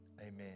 Amen